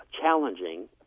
challenging